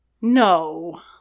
no